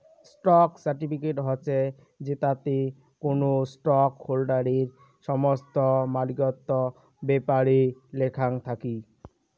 stock certificate হসে জেতাতে কোনো স্টক হোল্ডারের সমস্ত মালিকত্বর ব্যাপারে লেখাং থাকি